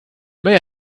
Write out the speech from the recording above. may